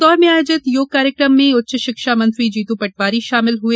इंदौर में आयोजित योग कार्यक्रम में उच्च शिक्षा मंत्री जीतू पटवारी शामिल हए